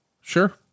Sure